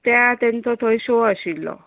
ते आ तेंचो थंय शो आशिल्लो